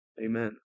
Amen